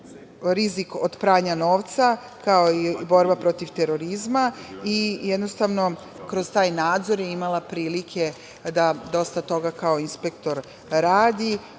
rizik od pranja novca, kao i borba protiv terorizma i kroz nadzor je imala prilike da dosta toga kao inspektor radi.